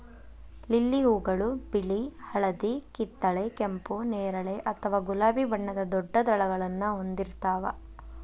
lily ಹೂಗಳು ಬಿಳಿ, ಹಳದಿ, ಕಿತ್ತಳೆ, ಕೆಂಪು, ನೇರಳೆ ಅಥವಾ ಗುಲಾಬಿ ಬಣ್ಣದ ದೊಡ್ಡ ದಳಗಳನ್ನ ಹೊಂದಿರ್ತಾವ